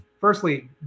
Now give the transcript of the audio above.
firstly